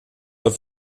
are